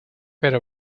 pero